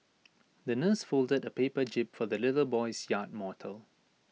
the nurse folded A paper jib for the little boy's yacht motto